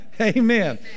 Amen